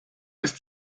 ist